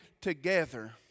together